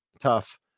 tough